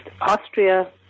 Austria